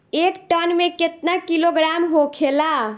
एक टन मे केतना किलोग्राम होखेला?